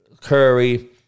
Curry